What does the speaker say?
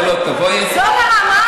לא, לא, תבואי, זאת הרמה?